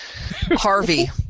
Harvey